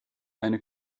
eine